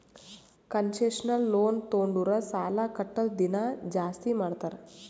concessional loan ತೊಂಡುರ್ ಸಾಲಾ ಕಟ್ಟದ್ ದಿನಾ ಜಾಸ್ತಿ ಮಾಡ್ತಾರ್